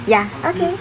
ya okay